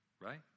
Right